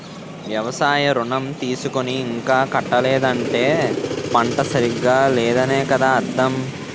వ్యవసాయ ఋణం తీసుకుని ఇంకా కట్టలేదంటే పంట సరిగా లేదనే కదా అర్థం